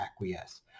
acquiesce